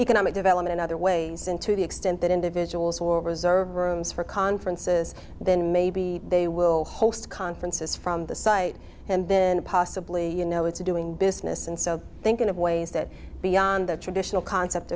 economic development other ways and to the extent that individuals or reserve rooms for conferences then maybe they will host conferences from the site and then possibly you know it's a doing business and so thinking of ways that beyond the traditional concept